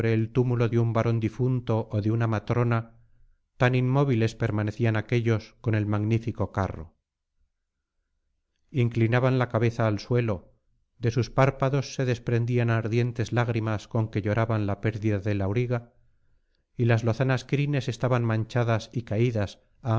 el túmulo de un varón difunto ó de una matrona tan inmóviles permanecían aquéllos con el magnífico carro inclinaban la cabeza al suelo de sus párpados se desprendían ardientes lágrimas con que lloraban la pérdida del auriga y las lozanas crines estaban manchadas y caídas